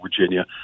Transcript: Virginia